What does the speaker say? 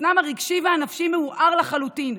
חוסנם הרגשי והנפשי מעורער לחלוטין,